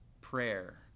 prayer